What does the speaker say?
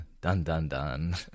dun-dun-dun